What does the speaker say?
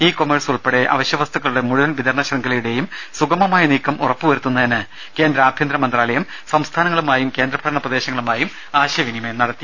E commerce ഉൾപ്പെടെ അവശ്യവസ്തുക്കളുടെ മുഴുവൻ വിതരണ ശൃംഖലയുടെയും സുഗമമായ നീക്കം ഉറപ്പുവരുത്തുന്നതിന് കേന്ദ്ര ആഭ്യന്തര മന്ത്രാലയം സംസ്ഥാനങ്ങളുമായും കേന്ദ്ര ഭരണപ്രദേശങ്ങളുമായും ആശയവിനിമയം നടത്തി